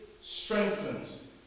strengthened